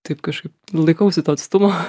taip kažkaip laikausi to atstumo